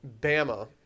bama